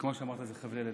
כמו שאמרת, אלה חבלי לידה.